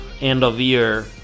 end-of-year